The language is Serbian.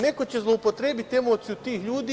Neko će zloupotrebiti emociju tih ljudi.